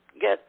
get